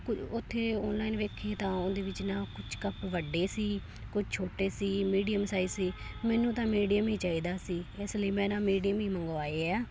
ਕੁ ਉੱਥੇ ਓਲਾਈਨ ਵੇਖੇ ਤਾਂ ਉਹਦੇ ਵਿੱਚ ਨਾ ਕੁਝ ਕੱਪ ਵੱਡੇ ਸੀ ਕੁਛ ਛੋਟੇ ਸੀ ਮੀਡੀਅਮ ਸਾਈਜ਼ ਸੀ ਮੈਨੂੰ ਤਾਂ ਮੀਡੀਅਮ ਹੀ ਚਾਹੀਦਾ ਸੀ ਇਸ ਲਈ ਮੈਂ ਨਾ ਮੀਡੀਅਮ ਹੀ ਮੰਗਵਾਏ ਹੈ